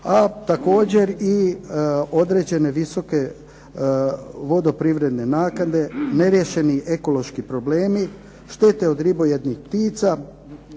a također i određene visoke vodoprivredne naknade, neriješeni ekološki problemi, štete od ribojednih ptica,